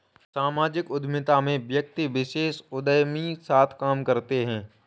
सामाजिक उद्यमिता में व्यक्ति विशेष उदयमी साथ काम करते हैं